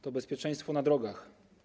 To bezpieczeństwo na drogach.